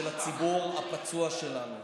של הציבור הפצוע שלנו.